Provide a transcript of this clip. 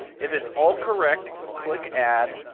if it's all correct, click add.